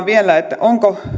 vielä keskusteluun siitä onko